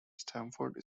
stamford